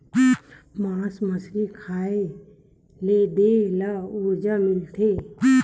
मास मछरी के खाए ले देहे ल उरजा मिलथे